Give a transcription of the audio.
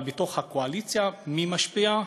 אבל בתוך הקואליציה, מי משפיע?